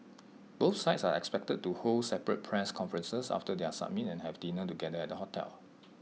both sides are expected to hold separate press conferences after their summit and have dinner together at the hotel